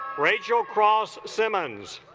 rachel cross simmons